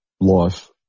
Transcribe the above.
life